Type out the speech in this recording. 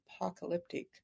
apocalyptic